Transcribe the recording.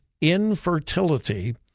infertility